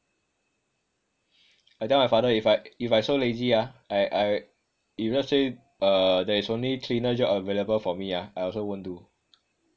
I tell my father if I if I so lazy ah I I if let's say uh there is only cleaner job available for me ah I also won't do